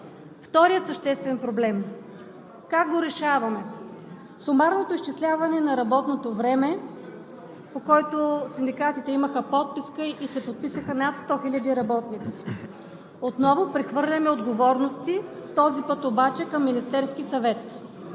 Вторият съществен проблем – сумарното изчисляване на работното време, по което синдикатите имаха подписка и се подписаха над 100 000 работници. Как го решаваме? Отново прехвърляме отговорности, този път обаче към Министерския съвет.